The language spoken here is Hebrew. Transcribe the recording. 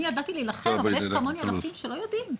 אני באתי להילחם אחרי שכמוני אלפים שלא יודעים.